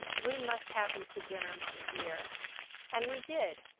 we must have him to dinner, my dear and we did.